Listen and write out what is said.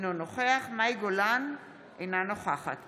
אינו נוכח מאי גולן, אינה נוכחת